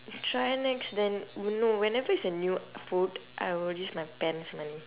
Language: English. try next then no whenever it's a new food I will use my parents money